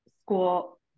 school